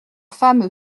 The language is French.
femme